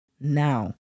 now